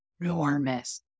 enormous